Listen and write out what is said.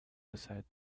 decided